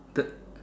the